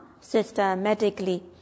systematically